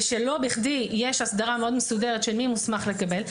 לא בכדי יש הסדרה מאוד מסודרת של מי מוסמך לקבל.